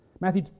Matthew